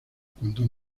cuando